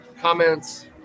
comments